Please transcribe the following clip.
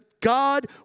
God